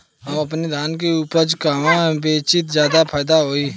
हम अपने धान के उपज कहवा बेंचि त ज्यादा फैदा होई?